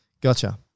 Gotcha